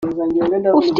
ufite